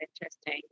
interesting